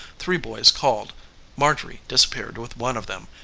three boy's called marjorie disappeared with one of them,